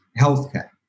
healthcare